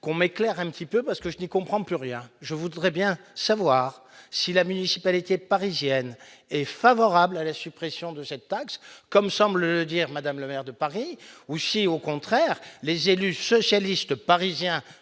qu'on m'éclaire un petit peu parce que je n'y comprends plus rien, je voudrais bien savoir si la municipalité parisienne est favorable à la suppression de cette taxe, comme semblent le dire Madame le maire de Paris, ou si au contraire, les élus socialistes parisiens,